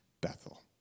Bethel